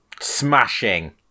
smashing